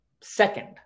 second